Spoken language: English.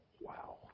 wow